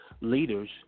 leaders